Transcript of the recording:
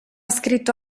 scritto